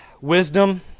Wisdom